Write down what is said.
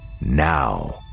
Now